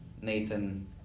Nathan